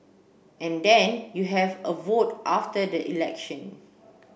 and then you have a vote after the election